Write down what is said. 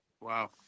Wow